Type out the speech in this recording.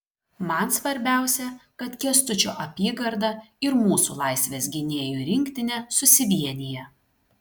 man svarbiausia kad kęstučio apygarda ir mūsų laisvės gynėjų rinktinė susivienija